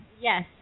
Yes